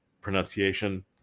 pronunciation